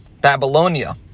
Babylonia